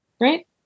right